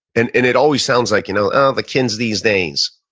and and it always sounds like, you know oh, the kids these days.